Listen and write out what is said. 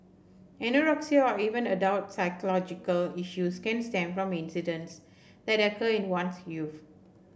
anorexia or even adult psychological issues can stem from incidence that occur in one's youth